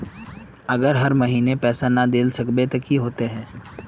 अगर हर महीने पैसा ना देल सकबे ते की होते है?